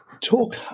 talk